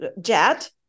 jet